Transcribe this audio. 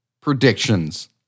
predictions